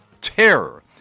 terror